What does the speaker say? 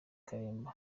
kalimba